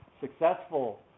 successful